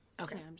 Okay